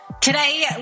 Today